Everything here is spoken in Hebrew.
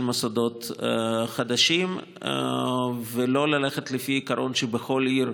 מוסדות חדשים ולא ללכת לפי עיקרון שבכל עיר,